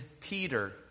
peter